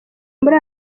muri